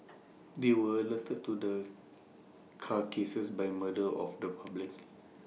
they were alerted to the carcasses by murder of the public